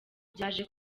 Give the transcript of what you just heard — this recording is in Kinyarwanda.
byaje